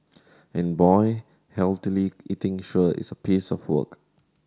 and boy healthily eating sure is a piece of work